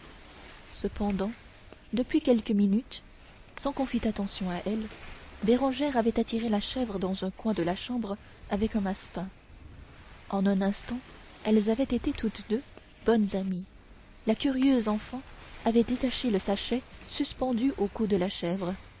cependant depuis quelques minutes sans qu'on fît attention à elle bérangère avait attiré la chèvre dans un coin de la chambre avec un massepain en un instant elles avaient été toutes deux bonnes amies la curieuse enfant avait détaché le sachet suspendu au cou de la chèvre